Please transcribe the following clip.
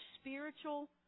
spiritual